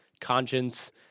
conscience